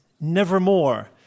nevermore